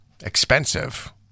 expensive